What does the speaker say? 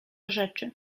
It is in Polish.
rzeczy